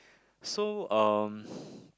so um